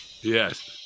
Yes